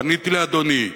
פניתי לאדוני,